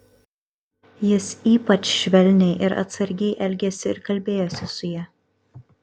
jis ypač švelniai ir atsargiai elgėsi ir kalbėjosi su ja